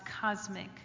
cosmic